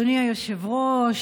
אדוני היושב-ראש,